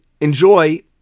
enjoy